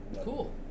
Cool